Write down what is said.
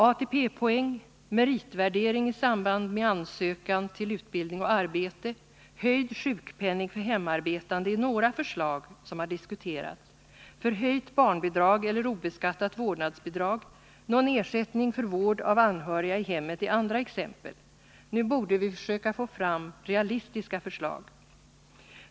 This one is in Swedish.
ATP-poäng, meritvärdering i samband med ansökan till utbildning och arbete och höjd sjukpenning för hemarbetande är några förslag som har diskuterats. Förhöjt barnbidrag eller obeskattat vårdnadsbidrag och någon ersättning för vård av anhöriga i hemmet är andra exempel. Nu borde vi försöka få fram realistiska förslag.